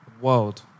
world